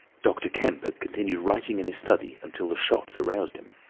dr. kemp had continued writing in his study until the shots aroused him.